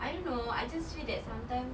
I don't know I just feel that sometimes